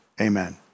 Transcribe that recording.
amen